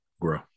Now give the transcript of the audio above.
grow